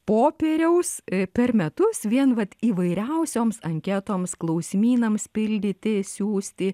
popieriaus per metus vien vat įvairiausioms anketoms klausimynams pildyti siųsti